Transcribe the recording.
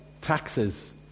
taxes